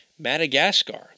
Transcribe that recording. Madagascar